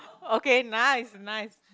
okay nice nice